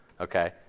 Okay